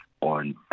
on